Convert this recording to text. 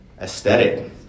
Aesthetic